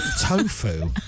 tofu